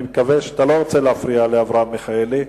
אני מקווה שאתה לא רוצה להפריע לאברהם מיכאלי.